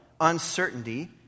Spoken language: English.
uncertainty